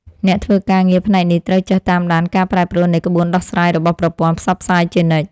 អ្នកធ្វើការងារផ្នែកនេះត្រូវចេះតាមដានការប្រែប្រួលនៃក្បួនដោះស្រាយរបស់ប្រព័ន្ធផ្សព្វផ្សាយជានិច្ច។